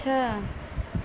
छः